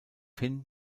hin